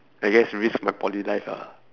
I guess risk my poly life ah